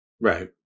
Right